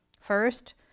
First